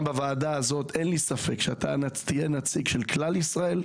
גם בוועדה הזאת אין לי ספק שתהיה נציג של כלל ישראל,